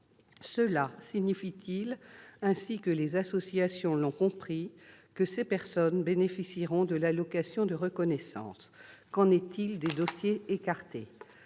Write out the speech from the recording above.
Cela signifie-t-il, comme l'ont compris les associations, que ces personnes bénéficieront de l'allocation de reconnaissance ? Qu'en est-il des dossiers écartés ?